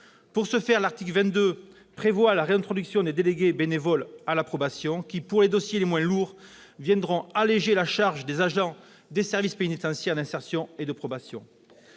22 de la proposition de loi prévoit la réintroduction des délégués bénévoles à la probation qui, pour les dossiers les moins lourds, viendront alléger la charge des agents des services pénitentiaires d'insertion et de probation.